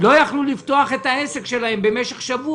שלא יכלו לפתוח את העסק שלהם במשך שבוע